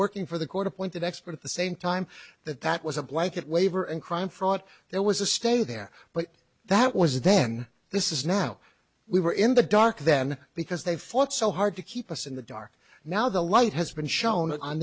working for the court appointed expert at the same time that that was a blanket waiver and crime fraud there was a stay there but that was then this is now we were in the dark then because they fought so hard to keep us in the dark now the light has been shown on